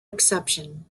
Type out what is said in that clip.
exception